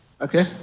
Okay